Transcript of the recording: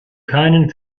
keinen